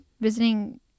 visiting